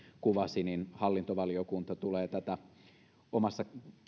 kuvasi hallintovaliokunta tulee tähän omassa